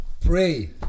pray